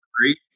three